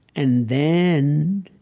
and then